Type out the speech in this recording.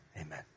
Amen